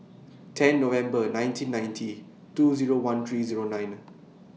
ten November nineteen ninety two Zero one three Zero nine